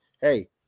hey